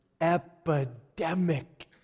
epidemic